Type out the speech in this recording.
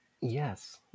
Yes